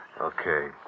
Okay